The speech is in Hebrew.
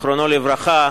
זיכרונו לברכה.